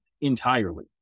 entirely